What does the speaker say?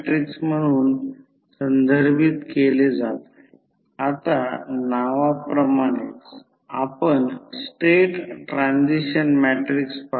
त्यामुळे होणाऱ्या लॉसेसकडे दुर्लक्ष करून A full load secondary current B minimum load resistance जो फुल लोड KVA देण्यासाठी सेकंडरी वायडींगला जोडला जाऊ शकतो आणि सी फुल लोड KVA वर चे प्रायमरी करंट शोधा